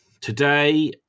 today